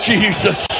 Jesus